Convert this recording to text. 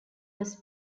was